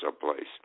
someplace